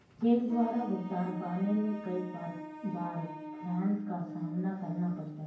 check द्वारा भुगतान पाने में कई बार फ्राड का सामना करना पड़ता है